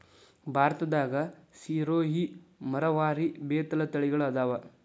ಭಾರತದಾಗ ಸಿರೋಹಿ, ಮರವಾರಿ, ಬೇತಲ ತಳಿಗಳ ಅದಾವ